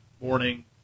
morning